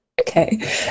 Okay